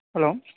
hello